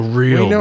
real